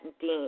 Dean